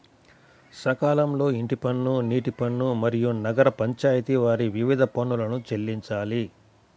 సకాలంలో ఇంటి పన్ను, నీటి పన్ను, మరియు నగర పంచాయితి వారి వివిధ పన్నులను చెల్లించాలి